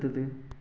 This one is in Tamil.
அடுத்தது